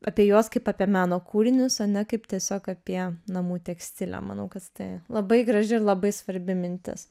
apie juos kaip apie meno kūrinius o ne kaip tiesiog apie namų tekstilę manau kad tai labai graži ir labai svarbi mintis